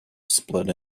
split